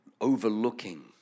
overlooking